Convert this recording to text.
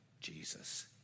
Jesus